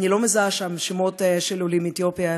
אני לא מזהה שם שמות של עולים מאתיופיה,